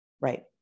right